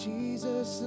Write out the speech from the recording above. Jesus